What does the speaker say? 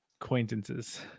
acquaintances